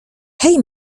hej